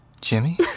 Jimmy